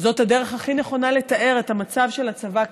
זאת הדרך הכי נכונה לתאר את המצב של הצבא כרגע.